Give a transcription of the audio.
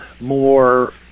more